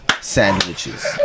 sandwiches